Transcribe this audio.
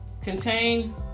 contain